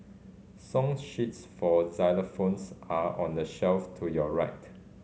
song sheets for xylophones are on the shelf to your right